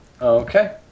Okay